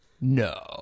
No